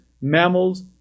mammals